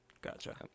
Gotcha